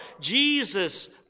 Jesus